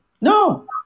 No